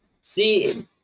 See